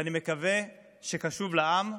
ואני מקווה שקשוב לעם,